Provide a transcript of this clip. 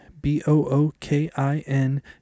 B-O-O-K-I-N